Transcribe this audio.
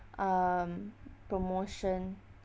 um promotion